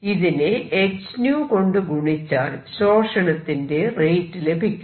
ഇതിനെ h𝜈 കൊണ്ട് ഗുണിച്ചാൽ ശോഷണത്തിന്റെ റേറ്റ് ലഭിക്കും